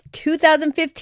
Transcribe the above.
2015